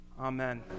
Amen